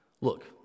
look